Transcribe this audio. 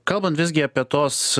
kalbant visgi apie tos